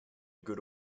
good